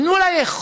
תנו לה יכולת.